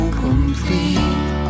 complete